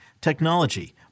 technology